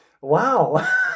wow